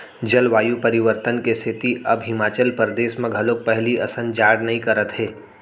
जलवायु परिवर्तन के सेती अब हिमाचल परदेस म घलोक पहिली असन जाड़ नइ करत हे